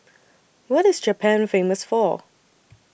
What IS Japan Famous For